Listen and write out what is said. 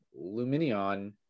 luminion